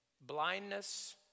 blindness